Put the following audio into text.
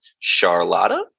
Charlotta